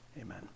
Amen